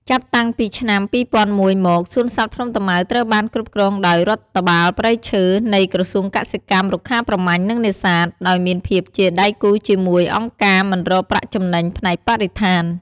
ចាប់តាំងពីឆ្នាំ ២០០១ មក សួនសត្វភ្នំតាម៉ៅត្រូវបានគ្រប់គ្រងដោយ រដ្ឋបាលព្រៃឈើ នៃក្រសួងកសិកម្ម រុក្ខាប្រមាញ់ និងនេសាទ ដោយមានភាពជាដៃគូជាមួយអង្គការមិនរកប្រាក់ចំណេញផ្នែកបរិស្ថាន។